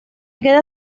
queda